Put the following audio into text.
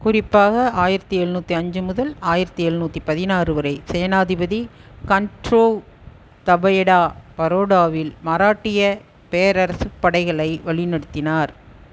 குறிப்பாக ஆயிரத்து எழுநூற்றி அஞ்சு முதல் ஆயிரத்து எழுநூற்றி பதினாறு வரை சேனாபதி கண்ட்ரோவ் தபாயடா பரோடாவில் மராட்டியப் பேரரசுப் படைகளை வழிநடத்தினார்